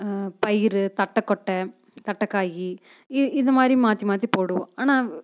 பயிர் தட்டக்கொட்டை தட்டக்காய் இ இது மாதிரி மாற்றி மாற்றி போடுவோம் ஆனால்